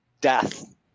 death